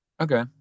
Okay